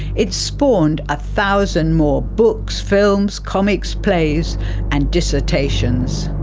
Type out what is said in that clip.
it spawned a thousand more books, films, comics, plays and dissertations.